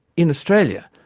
in australia,